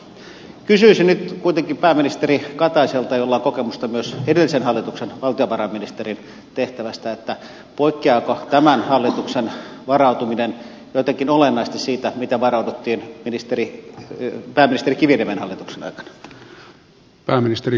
kysyisin nyt kuitenkin pääministeri kataiselta jolla on kokemusta myös edellisen hallituksen valtiovarainministerin tehtävästä poikkeaako tämän hallituksen varautuminen jotenkin olennaisesti siitä miten varauduttiin pääministeri kiviniemen hallituksen aikana